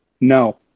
No